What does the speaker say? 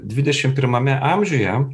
dvidešim pirmame amžiuje